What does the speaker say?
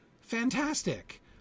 fantastic